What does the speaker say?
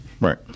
right